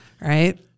right